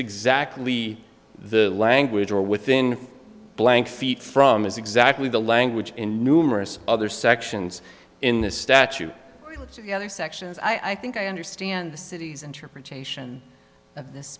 exactly the language or within blank feet from is exactly the language in numerous other sections in this statute so the other sections i i think i understand the city's interpretation of this